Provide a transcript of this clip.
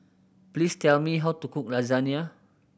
please tell me how to cook Lasagne